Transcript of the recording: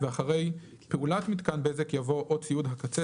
ואחרי "פעולת מיתקן בזק" יבוא "או ציוד הקצה,